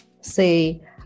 say